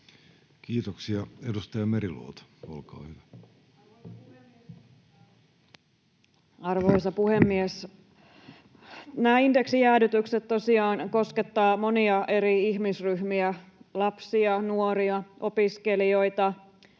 Kiitoksia. — Edustaja Meriluoto, olkaa hyvä. Arvoisa puhemies! Nämä indeksijäädytykset tosiaan koskettavat monia eri ihmisryhmiä: lapsia, nuoria, opiskelijoita,